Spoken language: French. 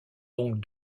donc